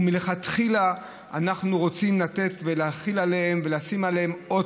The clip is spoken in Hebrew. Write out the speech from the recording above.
מלכתחילה אנחנו רוצים לתת ולהחיל עליהם ולשים עליהם אות